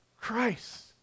Christ